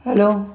hello